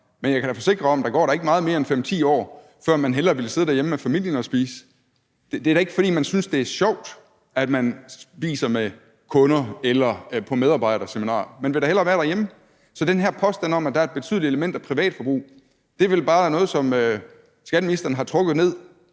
men jeg kan da forsikre om, at der ikke går meget mere end 5-10 år, før man hellere ville sidde derhjemme med familien og spise. Det er da ikke, fordi man synes, det er sjovt, at man spiser med kunder eller er på medarbejderseminar. Man vil da hellere være derhjemme. Så den her påstand om, at der er et betydeligt element af privatforbrug, er vel bare noget, som skatteministeren har trukket ud